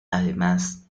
además